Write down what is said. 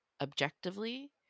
objectively